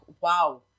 Wow